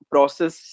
process